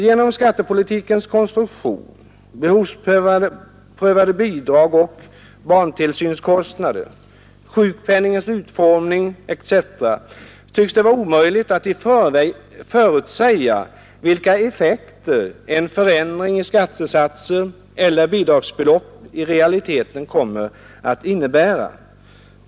Genom skattepolitikens konstruktion, behovsprövade bidrag och barntillsynskostnader, sjukpenningens utformning etc. tycks det vara omöjligt att förutsäga vilka effekter en förändring i skattesatser eller bidragsbelopp i realiteten kommer att få.